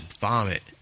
Vomit